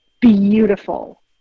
beautiful